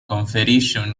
conferisce